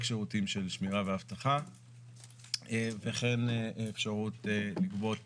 שירותים של שמירה ואבטחה וכן לגבות אפשרות לגבות